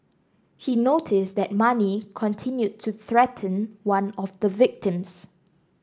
he noted that Mani continued to threaten one of the victims